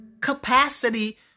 capacity